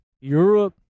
Europe